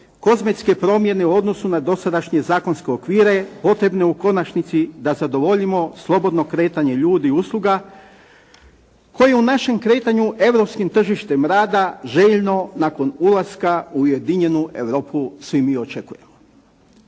kozmetske promjene u odnosu na dosadašnje zakonske okvire potrebne u konačnici da zadovoljimo slobodno kretanje ljudi i usluga koji u našem kretanju europskim tržištem rada željno nakon ulaska u ujedinjenu Europu svi mi očekujemo.